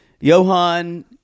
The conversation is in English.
Johan